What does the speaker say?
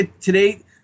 today